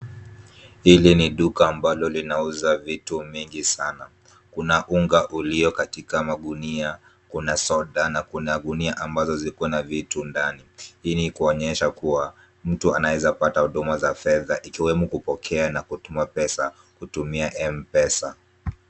Hili ni duka ambalo linauza vitu mingi sana. Kuna unga ulio katika magunia, kuna soda na kuna gunia ambazo ziko na vitu ndani. Hii ni kuonyesha kuwa mtu anaeza pata huduma za fedha ikiwemo kupokea na kutuma pesa kutumia M-Pesa.